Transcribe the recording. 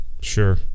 Sure